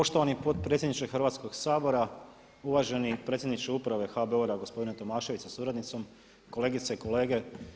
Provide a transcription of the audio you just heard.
Poštovani potpredsjedniče Hrvatskoga sabora, uvaženi predsjedniče uprave HBOR-a gospodine Tomašević sa suradnicom, kolegice i kolege.